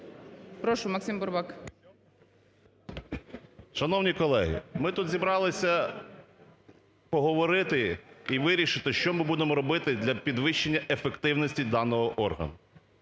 БУРБАК М.Ю. Шановні колеги, ми тут зібралися поговорити і вирішити, що ми будемо робити для підвищення ефективності даного органу.